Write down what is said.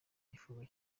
igifungo